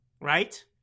right